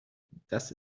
das